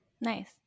Nice